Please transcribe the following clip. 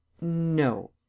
no